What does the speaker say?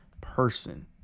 person